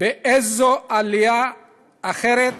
באיזו עלייה אחרת